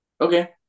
Okay